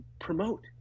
promote